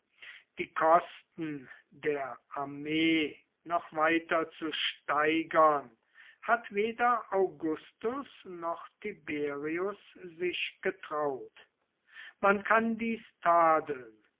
die kosten der armee noch weiter zu steigern hat weder augustus noch tiberius sich getraut man kann dies tadeln